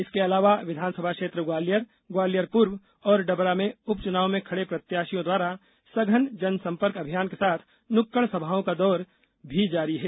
इसके अलावा विधानसभा क्षेत्र ग्वालियर ग्वालियर पूर्व और डबरा में उप चुनाव में खड़े प्रत्याशियों द्वारा सघन जनसंपर्क अभियान के साथ नुक्कड़ सभाओं का दौर भी जारी है